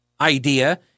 idea